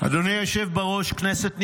אדוני היושב בראש, כנסת נכבדה,